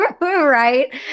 Right